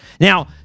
now